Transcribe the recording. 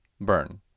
burn